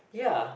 ya